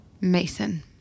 Mason